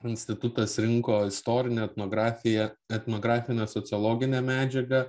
institutas rinko istorinę etnografiją etnografinę sociologinę medžiagą